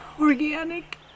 Organic